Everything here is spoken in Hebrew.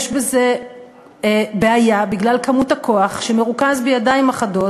יש בזה בעיה בגלל כמות הכוח שמרוכז בידיים אחדות.